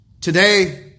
Today